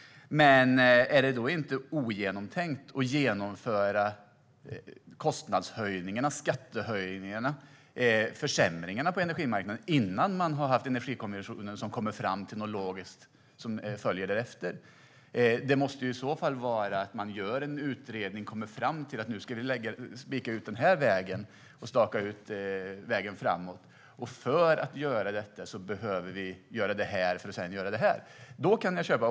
Men är det inte ogenomtänkt att genomföra kostnadshöjningarna, skattehöjningarna och försämringarna på energimarknaden innan Energikommissionen har kommit fram till något logiskt som följer därefter? Man måste i så fall göra en utredning och komma fram till: Nu ska vi staka ut vägen framåt, och för att göra detta behöver vi göra det här för att sedan göra det här. Då kan jag köpa det.